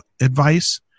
advice